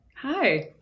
Hi